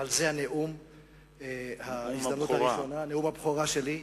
אבל זה נאום הבכורה שלי.